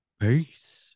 Peace